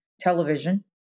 Television